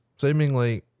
seemingly